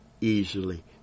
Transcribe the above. easily